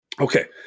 Okay